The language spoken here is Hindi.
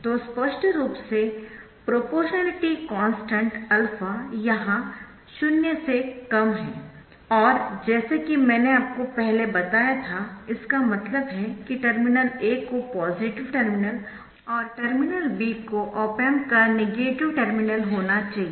तो स्पष्ट रूप से प्रोपोरशनालिटी कांस्टेंट α यहां 0 है और जैसा कि मैंने आपको पहले बताया था इसका मतलब है कि टर्मिनल A को पॉजिटिव टर्मिनल और टर्मिनल B को ऑप एम्प का नेगेटिव टर्मिनल होना चाहिए